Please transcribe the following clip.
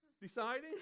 deciding